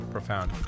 Profound